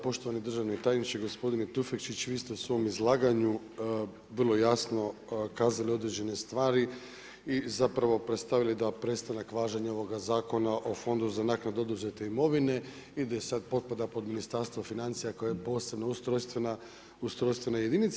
Poštovani državni tajniče gospodine Tufekčić, vi ste u svom izlaganju vrlo jasno kazali određene stvari i predstavili da prestanak važenja ovoga Zakona o Fondu za naknadu oduzete imovine i da sada potpada pod Ministarstvo financija koja je posebna ustrojstvena jedinica.